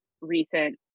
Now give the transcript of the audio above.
recent